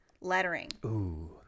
lettering